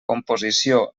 composició